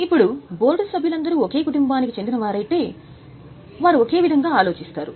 ఇప్పుడు బోర్డు సభ్యులందరూ ఒకే కుటుంబానికి చెందినవారైతే వారు ఒకే విధంగా ఆలోచిస్తారు